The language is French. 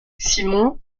simon